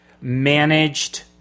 managed